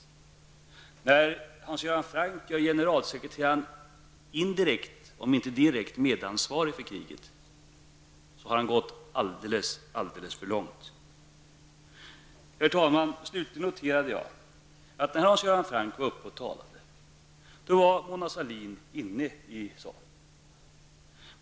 När Hans Göran Franck gör FNs generalsekreterare indirekt om inte direkt medansvarig för kriget har Hans Göran Franck gått alldeles för långt. Herr talman! Slutligen noterade jag att Mona Franck var uppe och talade.